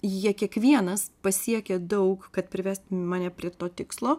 jie kiekvienas pasiekė daug kad privesti mane prie to tikslo